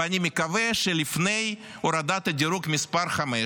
ואני מקווה שלפני הורדת הדירוג מס' 5,